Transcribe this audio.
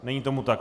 Není tomu tak.